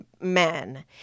men